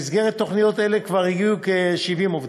במסגרת תוכניות אלו כבר הגיעו כ-70 עובדים.